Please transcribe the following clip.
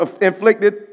inflicted